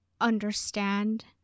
understand